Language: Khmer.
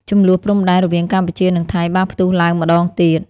ជម្លោះព្រំដែនរវាងកម្ពុជានិងថៃបានផ្ទុះឡើងម្ដងទៀត។